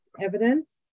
evidence